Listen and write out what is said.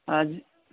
हजुर